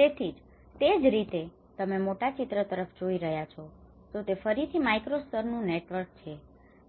તેથી તે જ રીતે તમે મોટા ચિત્ર તરફ જોઈ રહ્યાં છો તો તે ફરીથી માઈક્રો સ્તર નું નેટવર્ક છે